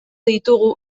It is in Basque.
ditugu